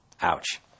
Ouch